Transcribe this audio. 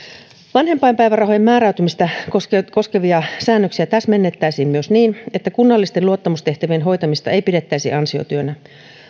vanhempainpäivärahojen määräytymistä koskevia koskevia säännöksiä täsmennettäisiin myös niin että kunnallisten luottamustehtävien hoitamista ei pidettäisi ansiotyönä